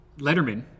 Letterman